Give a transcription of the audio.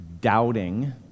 doubting